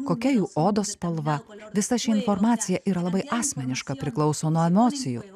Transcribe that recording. kokia jų odos spalva visa ši informacija yra labai asmeniška priklauso nuo emocijų